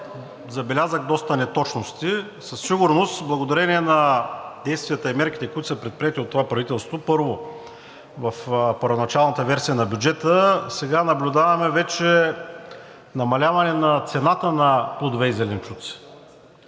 забелязах доста неточности. Със сигурност благодарение на действията и мерките, които са предприети от това правителство, първо, в първоначалната версия на бюджета сега наблюдаваме вече намаляване на цената на плодовете и зеленчуците.